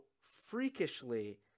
freakishly